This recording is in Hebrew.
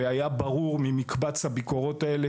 והיה ברור ממקבץ הביקורות האלו,